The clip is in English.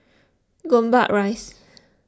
Gombak Rise